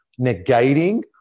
negating